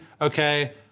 okay